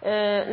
La